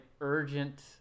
urgent